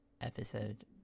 episode